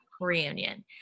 reunion